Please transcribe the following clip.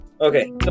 Okay